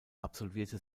absolvierte